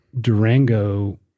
Durango